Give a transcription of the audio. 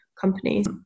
companies